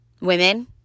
Women